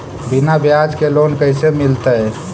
बिना ब्याज के लोन कैसे मिलतै?